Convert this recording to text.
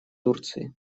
турции